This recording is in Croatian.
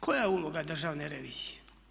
Koja je uloga Državne revizije?